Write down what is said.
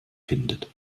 findet